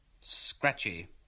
Scratchy